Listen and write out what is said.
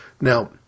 Now